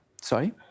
Sorry